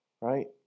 Right